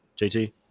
JT